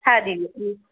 হ্যাঁ দিন